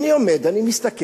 אני עומד ומסתכל.